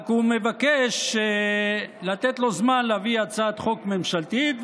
רק הוא מבקש לתת לו זמן להביא הצעת חוק ממשלתית,